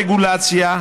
לא רגולציה.